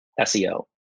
SEO